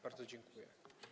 Bardzo dziękuję.